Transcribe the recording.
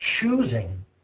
choosing